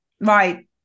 Right